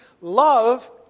love